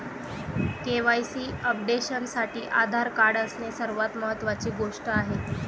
KYC अपडेशनसाठी Aadhaar card असणे सर्वात महत्वाची गोष्ट आहे